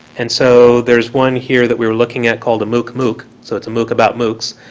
and so, there's one here that we were looking at called a mooc mooc. so it's a mooc about moocs,